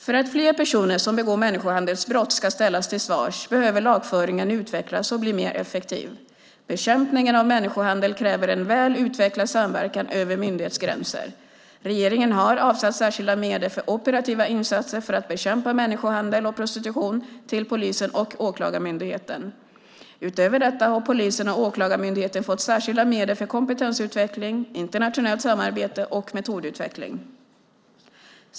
För att fler personer som begår människohandelsbrott ska ställas till svars behöver lagföringen utvecklas och bli mer effektiv. Bekämpningen av människohandel kräver en väl utvecklad samverkan över myndighetsgränser. Regeringen har avsatt särskilda medel för operativa insatser för att bekämpa människohandel och prostitution till polisen och Åklagarmyndigheten. Utöver detta har polisen och Åklagarmyndigheten fått särskilda medel för kompetensutveckling, internationellt samarbete och metodutveckling.